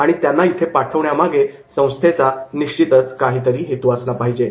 आणि त्यांना इथे पाठविण्यामागे निश्चितच संस्थेचा काहीतरी हेतू असला पाहिजे